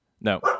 No